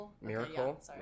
Miracle